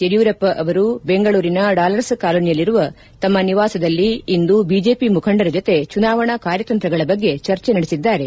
ಯಡಿಯೂರಪ್ಪ ಅವರು ಬೆಂಗಳೂರಿನ ಡಾಲರ್ಸ್ ಕಾಲೋನಿಯಲ್ಲಿರುವ ತಮ್ನ ನಿವಾಸದಲ್ಲಿ ಇಂದು ಬಿಜೆಪಿ ಮುಖಂಡರ ಜೊತೆ ಚುನಾವಣಾ ಕಾರ್ಯತಂತ್ರಗಳ ಬಗ್ಗೆ ಚರ್ಜೆ ನಡೆಸಿದ್ದಾರೆ